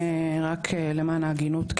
רק למען ההגינות,